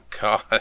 God